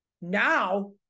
Now